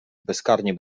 bezkarnie